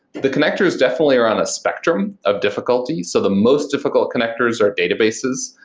the connectors definitely are on a spectrum of difficulties. so the most difficult connectors are databases,